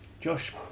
Josh